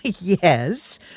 Yes